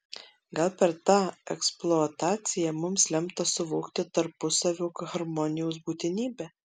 gal per tą eksploataciją mums lemta suvokti tarpusavio harmonijos būtinybę